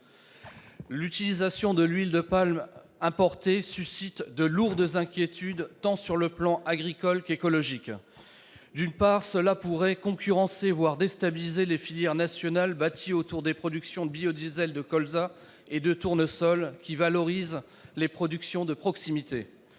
L'utilisation d'huile de palme importée suscite de lourdes inquiétudes sur le plan tant agricole qu'écologique. D'une part, cela pourrait concurrencer, voire déstabiliser, les filières nationales bâties autour des productions biodiesel de colza et de tournesol, qui valorisent les productions de proximité.